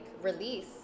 release